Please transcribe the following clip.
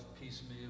piecemeal